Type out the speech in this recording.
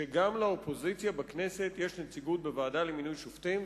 שגם לאופוזיציה בכנסת יש נציגות בוועדה למינוי שופטים.